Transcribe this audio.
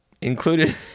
included